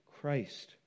Christ